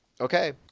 okay